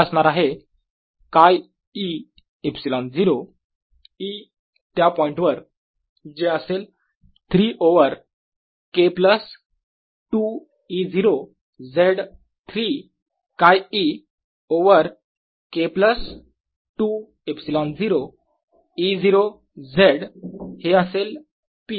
ते असणार आहे 𝛘e ε0 E त्या पॉईंटवर जे असेल 3 over K plus 2 E0 z 3 𝛘e over K plus 2 ε0 E0 z हे असेल p किंवा पोलरायझेशन